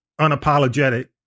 unapologetic